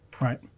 Right